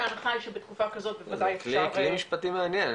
ההנחה היא שבתקופה כזאת בוודאי אפשר ל --- זה כלי משפטי מעניין,